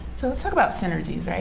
so let's talk about synergies, i mean